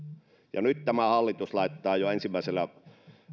ja nyt tämä hallitus laittaa jo ensimmäisenä